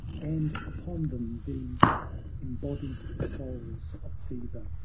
and upon them the embodied souls of fever,